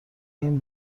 این